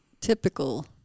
typical